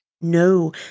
no